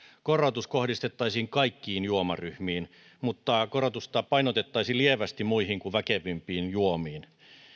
korotus kohdistettaisiin kaikkiin juomaryhmiin mutta korotusta painotettaisiin lievästi muihin kuin väkevimpiin juomiin